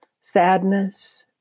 sadness